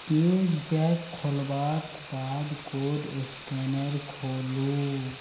पेजैप खोलबाक बाद code scanner खोलू